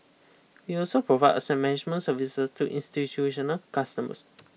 we also provide asset management services to institutional customers